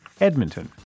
Edmonton